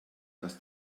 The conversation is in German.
dass